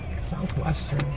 Southwestern